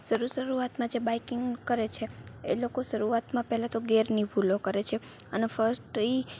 શરૂ શરૂઆતમાં જે બાઇકિંગ કરે છે એ લોકો શરૂઆતમાં પહેલાં તો ગિયરની ભૂલો કરે છે અને ફર્સ્ટ એ